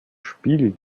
spiegel